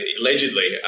allegedly